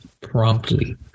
promptly